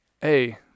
hey